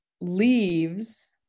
leaves